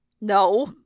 No